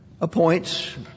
appoints